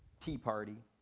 tea party,